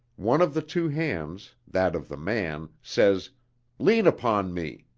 one of the two hands, that of the man, says lean upon me!